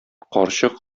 карчык